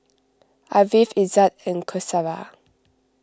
Ariff Izzat and Qaisara